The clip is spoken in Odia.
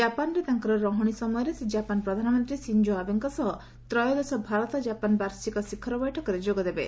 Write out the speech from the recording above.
କାପାନ୍ରେ ତାଙ୍କର ରହଣି ସମୟରେ ସେ କାପାନ୍ ପ୍ରଧାନମନ୍ତ୍ରୀ ସିଞ୍ଜୋ ଆବେଙ୍କ ସହ ତ୍ରୟୋଦଶ ଭାରତ ଜାପାନ ବାର୍ଷିକ ଶିଖର ବୈଠକରେ ଯୋଗଦେବେ